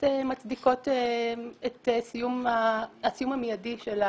מצדיקות את הסיום המידי של ההתקשרות.